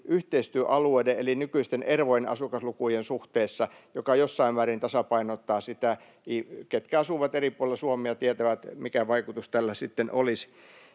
yhteistyöalueiden eli nykyisten ervojen asukaslukujen suhteessa, mikä jossain määrin tasapainottaa sitä — ketkä asuvat eri puolilla Suomea, tietävät, mikä vaikutus tällä sitten olisi.